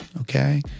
Okay